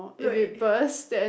no it